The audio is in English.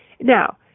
Now